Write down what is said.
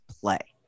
play